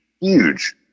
huge